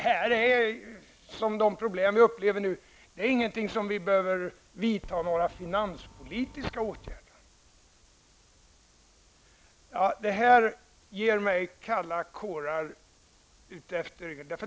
Lars Tobisson anser att vi inte behöver vidta några finanspolitiska åtgärder mot de problem som vi nu upplever. Det här ger mig kalla kårar utefter ryggen.